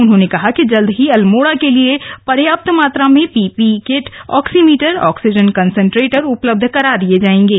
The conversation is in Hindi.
उन्होंने कहा कि जल्द ही अल्मोड़ा के लिए पर्याप्त मात्रा में PPE kit oximeter oxygen concentrator उपलब्ध करा दिये जायेंगे